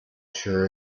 sure